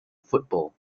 football